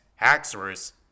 Haxorus